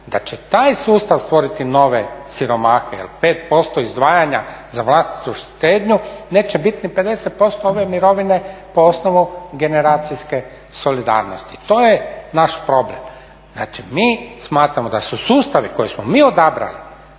da će taj sustav stvoriti nove siromahe jer 5% izdvajanja za vlastitu štednju neće bit ni 50% ove mirovine po osnovu generacijske solidarnosti. To je naš problem. Znači mi smatramo da su sustavi koje smo mi odabrali